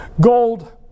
gold